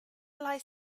lies